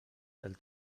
del